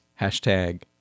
hashtag